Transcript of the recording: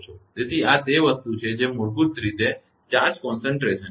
તેથી આ તે વસ્તુ છે જે મૂળભૂત રીતે ચાર્જ કેન્દ્રીકરણ છે